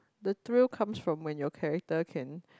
the thrill comes from when your character can